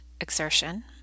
exertion